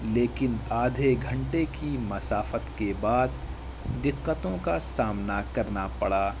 لیکن آدھے گھنٹے کی مسافت کے بعد دقتوں کا سامنا کرنا پڑا